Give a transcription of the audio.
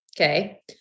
Okay